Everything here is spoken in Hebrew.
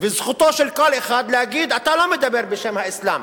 וזכותו של כל אחד להגיד: אתה לא מדבר בשם האסלאם.